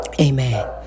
Amen